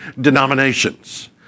denominations